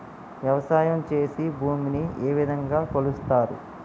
వ్యవసాయం చేసి భూమిని ఏ విధంగా కొలుస్తారు?